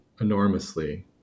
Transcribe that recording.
enormously